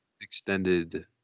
extended